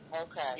okay